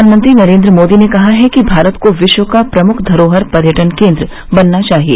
प्रधानमंत्री नरेंद्र मोदी ने कहा है कि भारत को विश्व का प्रमुख धरोहर पर्यटन केंद्र बनना चाहिए